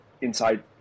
inside